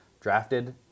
drafted